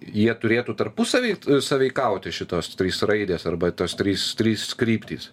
jie turėtų tarpusavy sąveikauti šitos trys raidės arba tos trys trys kryptys